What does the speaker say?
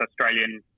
Australian